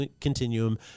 continuum